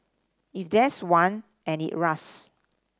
if there's one and it rusts